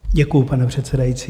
Děkuji, pane předsedající.